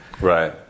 right